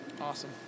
Awesome